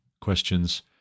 questions